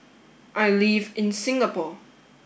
I live in Singapore